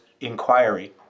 inquiry